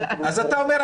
אז אתה אומר,